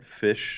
fish